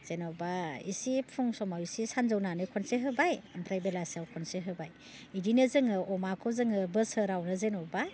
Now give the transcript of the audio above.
जेनेबा एसे फुं समाव एसे सान जौनानै खनसे होबाय ओमफ्राय बेलासिआव खनसे होबाय बिदिनो जोङो अमाखौ जोङो बोसोरावनो जेनेबा